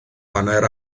hanner